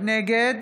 נגד